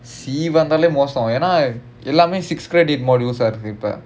C வந்தாலே மோசம் என்ன எல்லாமே:vanthaalae mosam enna ellaamae six credit modules வருது இப்ப:varuthu ippa